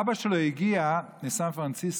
אבא שלו הגיע מסן פרנסיסקו.